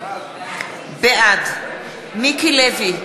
בעד מיקי לוי,